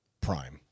prime